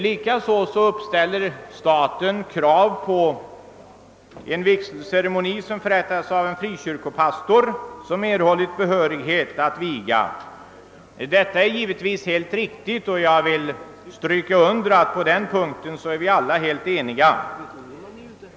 Likaså ställer staten krav på en vigselceremoni som förrättas av en frikyrkopastor, som erhållit behörighet att viga. Detta är givetvis helt riktigt, och jag vill stryka under att enighet råder på denna punkt.